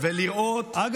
ושל, הוא לא